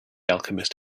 alchemist